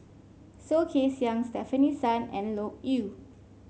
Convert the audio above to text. Soh Kay Siang Stefanie Sun and Loke Yew